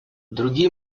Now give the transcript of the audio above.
другие